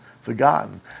forgotten